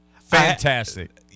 Fantastic